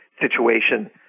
situation